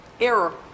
error